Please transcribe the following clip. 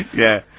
yeah!